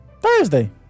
Thursday